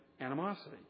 animosity